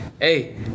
hey